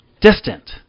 distant